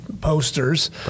posters